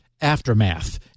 aftermath